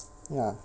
ya